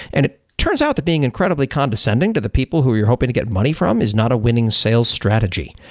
and it turns out that being incredibly condescending to the people who you're hoping to get money from is not a winning sales strategy.